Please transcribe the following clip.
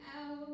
out